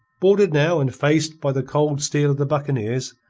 boarded now and faced by the cold steel of the buccaneers,